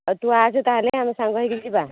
ଆଉ ତୁ ଆସେ ତାହେଲେ ଆମେ ସାଙ୍ଗ ହୋଇକି ଯିବା